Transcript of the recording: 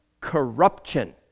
corruption